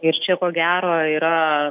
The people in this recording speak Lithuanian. ir čia ko gero yra